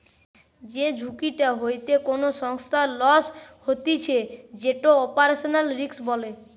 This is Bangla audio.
যেই ঝুঁকিটা হইতে কোনো সংস্থার লস হতিছে যেটো অপারেশনাল রিস্ক বলে